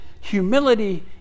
humility